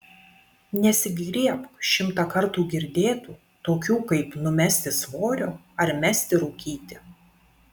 nesigriebk šimtą kartų girdėtų tokių kaip numesti svorio ar mesti rūkyti